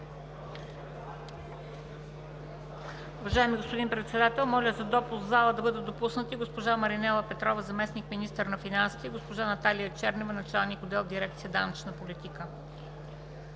Уважаеми господин Председател, моля в залата да бъдат допуснати госпожа Маринела Петрова – заместник-министър на финансите, и госпожа Наталия Чернева – началник на отдел в дирекция „Данъчна политика“.